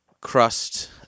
crust